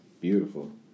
Beautiful